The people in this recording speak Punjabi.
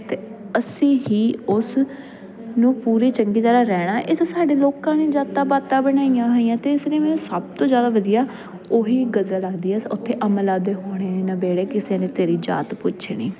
ਅਤੇ ਅਸੀਂ ਹੀ ਉਸ ਨੂੰ ਪੂਰੀ ਚੰਗੀ ਤਰ੍ਹਾਂ ਰਹਿਣਾ ਇਹ ਤਾਂ ਸਾਡੇ ਲੋਕਾਂ ਨੇ ਜਾਤਾਂ ਪਾਤਾਂ ਬਣਾਈਆਂ ਹੋਈਆਂ ਅਤੇ ਇਸ ਲਈ ਮੈਨੂੰ ਸਭ ਤੋਂ ਜ਼ਿਆਦਾ ਵਧੀਆ ਉਹੀ ਗਜ਼ਲ ਲੱਗਦੀ ਹੈ ਉੱਥੇ ਅਮਲਾਂ ਦੇ ਹੋਣੇ ਨੇ ਨਬੇੜੇ ਕਿਸੇ ਨੇ ਤੇਰੀ ਜਾਤ ਪੁੱਛਣੀ